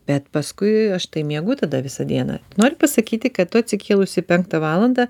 bet paskui aš tai miegu tada visą dieną norit pasakyti kad tu atsikėlusi penktą valandą